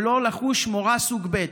ולא לחוש מורה סוג ב'.